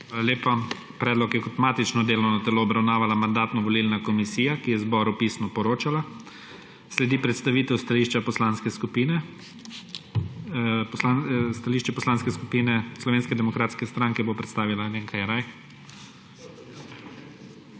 lepa. Predlog je kot matično delovno telo obravnavala Mandatno-volilna komisija, ki je zboru pisno poročala. Sledi predstavitev stališča poslanske skupine. Stališče Poslanske skupine Slovenske demokratske stranke bo predstavila